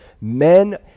Men